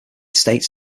states